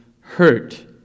hurt